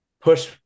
push